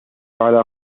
على